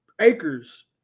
acres